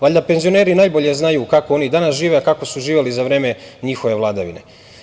Valjda penzioneri najbolje znaju kako oni danas žive, a kako su živeli za vreme njihove vladavine.